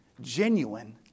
genuine